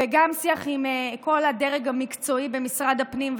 וגם אחרי שיח עם כל הדרג המקצועי במשרד הפנים,